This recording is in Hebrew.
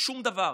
שום דבר,